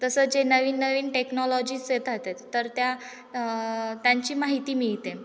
तसं जे नवीन नवीन टेक्नॉलॉजीज येतातेत तर त्या त्यांची माहिती मिळते